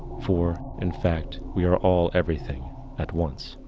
for in fact, we are all everything at once.